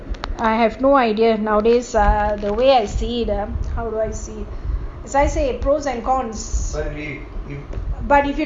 I have no idea nowadays ah the way I see them how do I see as I say it pros and cons but if you talk about you know